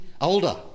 older